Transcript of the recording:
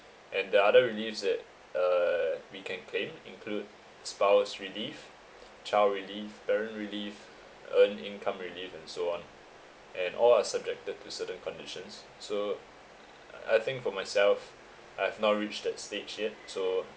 and the other reliefs that uh we can claim include spouse relief child relief parent relief earned income relief and so on and all are subjected to certain conditions so I think for myself I have not reached that stage yet so